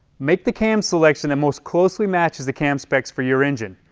make the cam selection the most closely matches the cam specs for your engine.